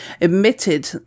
admitted